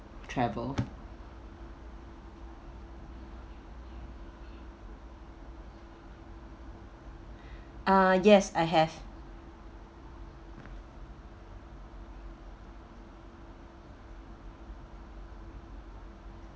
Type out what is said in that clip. travel uh yes I have